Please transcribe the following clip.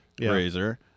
razor